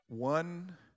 one